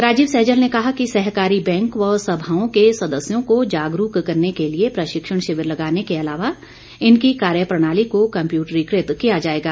राजीव सहजल ने कहा कि सहकारी बैंक व सभाओं के सदस्यों को जागरूक करने के लिए प्रशिक्षण शिविर लगाने के अलावा इनकी कार्यप्रणाली को कम्प्यूटरीकृत किया जाएगा